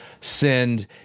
sinned